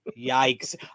yikes